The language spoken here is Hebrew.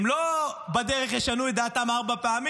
אז היא לא תשנה בדרך את דעתה ארבע פעמים,